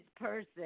person